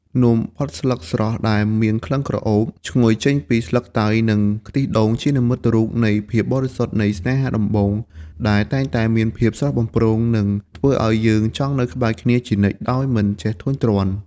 នំបត់ស្លឹកស្រស់ដែលមានក្លិនក្រអូបឈ្ងុយចេញពីស្លឹកតើយ និងខ្ទិះដូង ជានិមិត្តរូបនៃភាពបរិសុទ្ធនៃស្នេហាដំបូង ដែលតែងតែមានភាពស្រស់បំព្រង និងធ្វើឱ្យយើងចង់នៅក្បែរគ្នាជានិច្ចដោយមិនចេះធុញទ្រាន់។